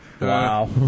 Wow